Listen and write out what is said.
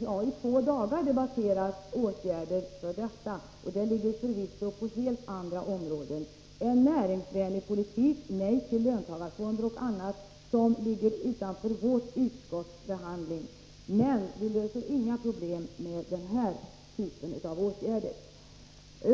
Man har i två dagar debatterat sådana åtgärder. Förvisso handlar det här om helt andra frågor — en näringslivsvänlig politik, nej till löntagarfonder och annat — på områden som ligger utanför ramen för vad vårt utskott behandlar. Vi löser inga problem med den här typen av åtgärder!